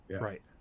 Right